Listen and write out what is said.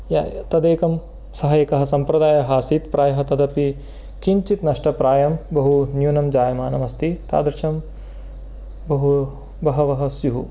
य तदेकं सः एकः सम्प्रदायः आसीत् प्रायः तदपि किञ्चित् नष्टप्रायं बहु न्यूनं जायमानमस्ति तादृशं बहु बहवः स्युः